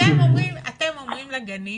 אתם אומרים לגנים